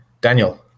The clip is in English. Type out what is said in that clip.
Daniel